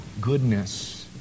goodness